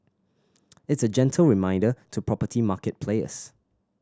it's a gentle reminder to property market players